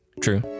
True